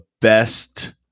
best